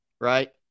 right